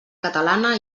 catalana